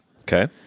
okay